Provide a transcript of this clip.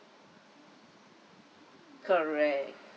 correct